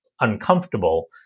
uncomfortable